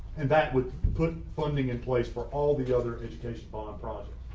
and that would put funding in place for all the other education bond projects.